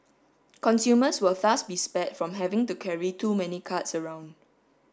consumers will thus be spared from having to carry too many cards around